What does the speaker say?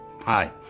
Hi